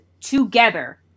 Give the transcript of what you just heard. together